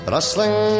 Rustling